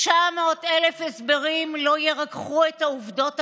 900,000 הסברים לא ירככו את העובדות הקשות: